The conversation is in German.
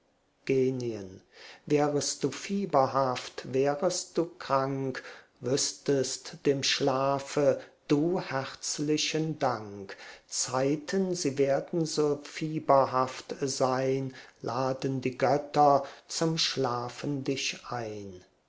genien wärest du fieberhaft wärest du krank wüßtest dem schlafe du herzlichen dank zeiten sie werden so fieberhaft sein laden die götter zum schlafen dich ein